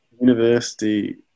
university